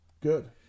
good